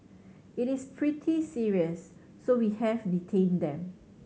it is pretty serious so we have detained them